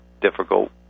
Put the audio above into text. difficult